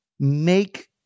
make